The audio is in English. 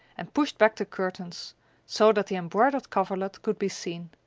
and pushed back the curtains so that the embroidered coverlet could be seen.